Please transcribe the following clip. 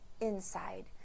inside